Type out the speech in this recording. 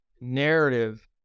narrative